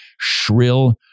shrill